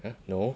!huh! no